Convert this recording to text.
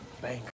bank